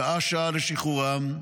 שעה-שעה, לשחרורם.